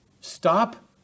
stop